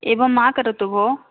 एवं मा करोतु भोः